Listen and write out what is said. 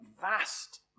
vast